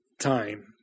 time